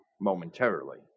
momentarily